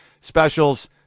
specials